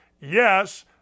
Yes